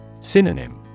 Synonym